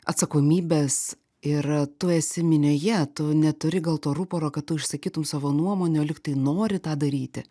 atsakomybės ir tu esi minioje tu neturi gal to ruporo kad tu išsakytum savo nuomonę o lygtai nori tą daryti